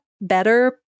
better